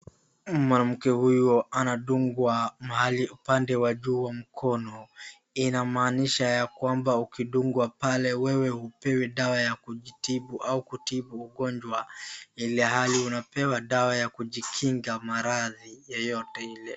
Mwanamke huyu anadungwa mahali upande wa juu mkono. Inamaanisha ya kwamba ukidungwa pale wewe hupewi dawa ya kujitibu au kutibu ugonjwa ilhali unapewa dawa ya kujikinga maradhi yeyote ile.